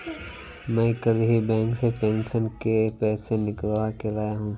मैं कल ही बैंक से पेंशन के पैसे निकलवा के लाया हूँ